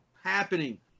happening